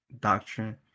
doctrine